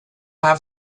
have